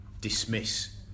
dismiss